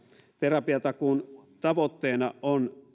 terapiatakuun tavoitteena on